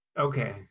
Okay